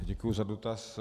Děkuji za dotaz.